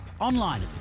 online